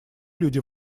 люди